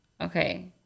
Okay